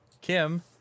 Kim